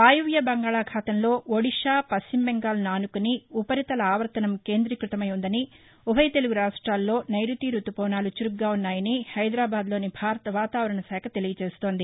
వాయువ్య బంగాళాఖాతంలో ఒడిషా పశ్చిమబెంగాల్ను ఆసుకుని ఉపరితల ఆవర్తనం కేందీకృతమై ఉ ందని ఉభరు తెలుగు రాష్టాల్లో నైరుతీ రుతుపవనాలు చురుగ్గా ఉన్నాయని హైదరాబాద్లోని భారత వాతావరణ శాఖ తెలియచేస్తోంది